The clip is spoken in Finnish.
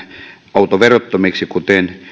autoverottomiksi kuten